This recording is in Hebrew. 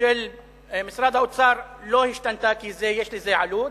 של משרד האוצר לא השתנתה, כי יש לזה עלות,